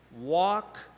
walk